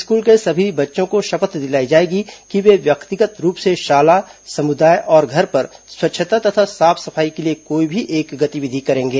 school के सभी बच्चों को शपथ दिलाई जाएगी कि वे व्यक्तिगत रूप से शाला समुदाय और घर पर स्वच्छता तथा साफ सफाई के लिए कोई भी एक गतिविधि करेंगे